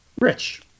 rich